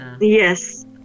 Yes